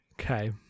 Okay